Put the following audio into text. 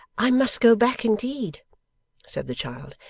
i must go back indeed said the child.